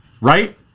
right